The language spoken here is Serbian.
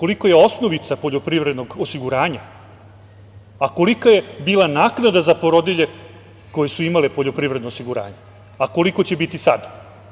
Kolika je osnovica poljoprivredne osiguranja, a kolika je bila naknada za porodilje koje su imale poljoprivredno osiguranje, a koliko će biti sada?